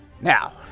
now